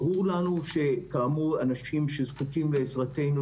ברור לנו שכאמור אנשים שזקוקים לעזרתנו,